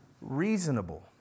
reasonable